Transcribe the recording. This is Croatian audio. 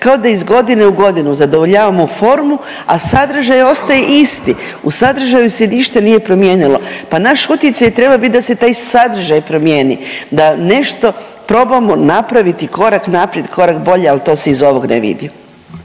kao da iz godine u godinu zadovoljavamo formu, a sadržaj ostaje isti. U sadržaju se ništa nije promijenilo. Pa naš utjecaj treba biti da se taj sadržaj promijeni, da nešto probamo napraviti korak naprijed, korak bolje ali to se iz ovog ne vidi.